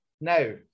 Now